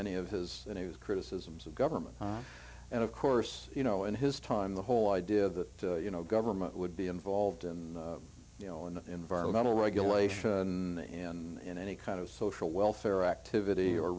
any of his news criticisms of government and of course you know in his time the whole idea that you know government would be involved and you know an environmental regulation and any kind of social welfare activity or